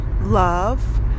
love